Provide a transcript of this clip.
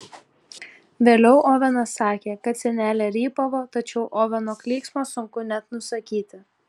vėliau ovenas sakė kad senelė rypavo tačiau oveno klyksmą sunku net nusakyti